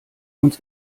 uns